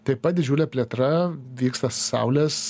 taip pat didžiulė plėtra vyksta saulės